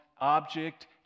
object